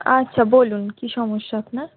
আচ্ছা বলুন কী সমস্যা আপনার